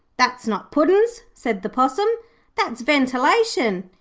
that's not puddin's said the possum that's ventilation.